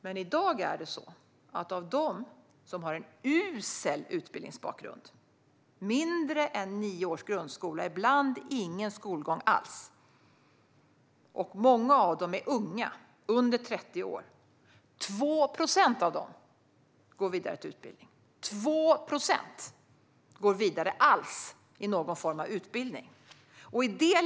Men bland dem som har en usel utbildningsbakgrund med mindre än nio års grundskola och ibland ingen skolgång alls, och många av dem är under 30 år, går 2 procent i dag vidare till någon form av utbildning. 2 procent!